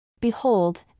Behold